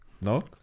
no